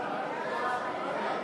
הצעת חוק בתי-המשפט (תיקון,